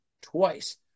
twice